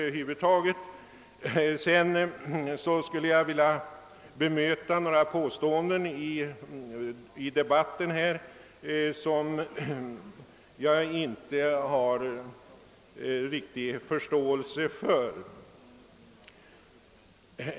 Jag skulle också vilja bemöta några påståenden som gjorts under debatten.